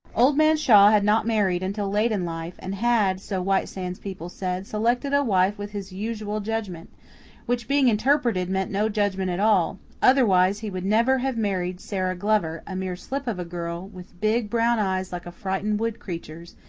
old man shaw had not married until late in life, and had, so white sands people said, selected a wife with his usual judgment which, being interpreted, meant no judgment at all otherwise, he would never have married sara glover, a mere slip of a girl, with big brown eyes like a frightened wood creature's,